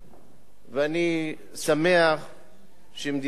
ואני שמח שמדינת ישראל